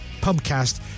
podcast